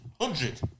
Hundred